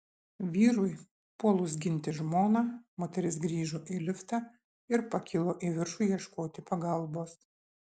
vyrui puolus ginti žmoną moteris grįžo į liftą ir pakilo į viršų ieškoti pagalbos